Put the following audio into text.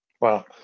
Wow